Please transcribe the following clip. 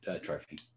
trophy